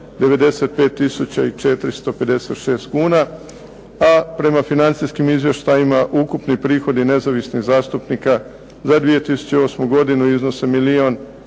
i 456 kuna, a prema financijskim izvještajima ukupni prihodi nezavisnih zastupnika za 2008. godinu iznose milijun